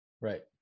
right